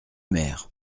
maire